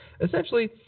Essentially